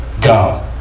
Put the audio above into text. Go